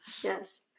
Yes